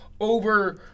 over